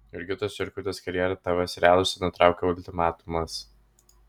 jurgitos jurkutės karjerą tv serialuose nutraukė ultimatumas